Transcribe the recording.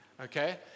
Okay